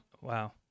Wow